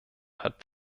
hat